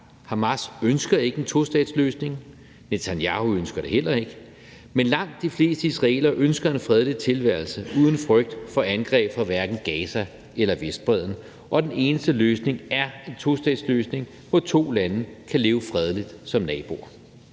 Hamas ønsker ikke en tostatsløsning. Netanyahu ønsker det heller ikke, men langt de fleste israelere ønsker en fredelig tilværelse uden frygt for angreb fra hverken Gaza eller Vestbredden, og den eneste løsning er en tostatsløsning, hvor to lande kan leve fredeligt som naboer.